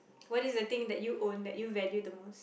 what is the thing that you own that you value the most